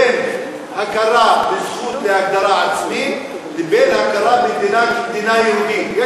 בין הכרה בזכות להגדרה עצמית לבין הכרה במדינה כמדינה יהודית.